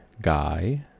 guy